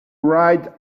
ride